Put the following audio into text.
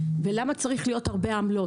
למה צריכות להיות הרבה עמלות?